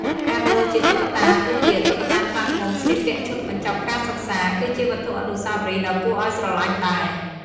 កាដូជាតុក្កតា ដូចជា តុក្កតាខ្លាឃ្មុំស្លៀកពាក់ឈុតបញ្ចប់ការសិក្សា គឺជាវត្ថុអនុស្សាវរីយ៍ដ៏គួរឱ្យស្រឡាញ់ដែរ។